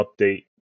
update